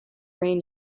rain